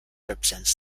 represents